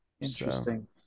interesting